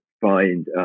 find